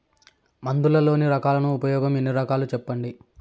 మందులలోని రకాలను ఉపయోగం ఎన్ని రకాలు? సెప్పండి?